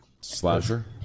Slasher